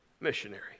missionary